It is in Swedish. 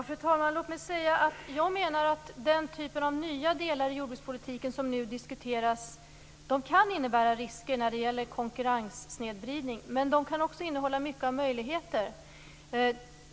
Fru talman! Jag menar att de nya delar i jordbrukspolitiken som nu diskuteras kan innebära risker när det gäller konkurrenssnedvridning, men de kan också innehålla mycket av möjligheter.